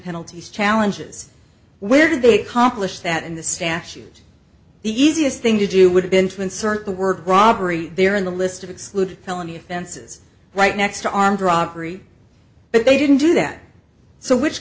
penalties challenges where did they accomplish that in the statute the easiest thing to do would have been to insert the word robbery there in the list of exclude felony offenses right next to armed robbery but they didn't do that so which